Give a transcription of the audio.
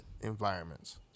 environments